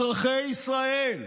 אזרחי ישראל,